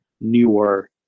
newer